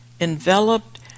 enveloped